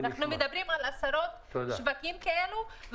אנחנו מדברים על עשרות שווקים כאלה,